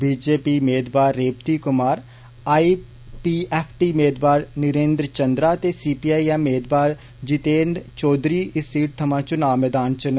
बी J P मेदवार Revati Kumar I P F T मेदवार निरेन्द्र चंद्रा ते सी पी आई एम मेदवार जितेन्द्र चौधरी इस सीट थमां चुना मदान च न